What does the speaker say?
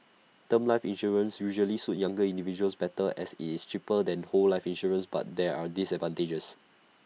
term life insurance usually suit younger individuals better as IT is cheaper than whole life insurance but there are disadvantages